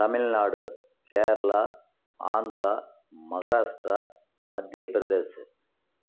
Tamil Nadu Kerala Andhra Maharashtra Madhya Pradesh